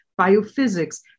biophysics